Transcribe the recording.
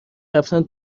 رفتن